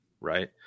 Right